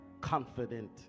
confident